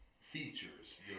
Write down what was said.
features